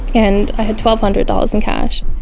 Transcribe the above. and i had twelve hundred dollars in cash